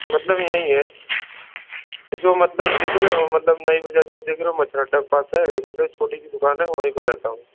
मतलब यहीं है यह जो मतलब देख रहे हो मतलब नई मच्छर अड्डा के पास है मतलब छोटी सी दुकान है वहीं पर रहता हूँ